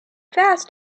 fast